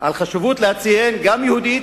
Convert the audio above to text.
החשיבות בציון של יהודית,